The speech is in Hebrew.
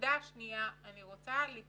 הנקודה השנייה: אני רוצה לקרוא